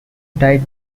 died